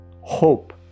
hope